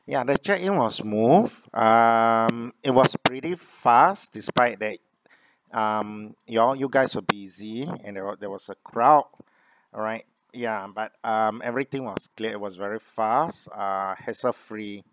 ya the check in was smooth um it was pretty fast despite that um you all you guys were busy and there was there was a crowd alright yeah but um everything was clear it was very fast uh hassle free